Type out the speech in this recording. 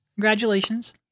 Congratulations